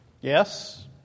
Yes